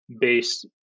base